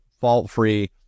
fault-free